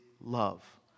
love